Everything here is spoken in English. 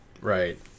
right